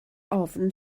ofn